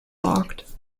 locked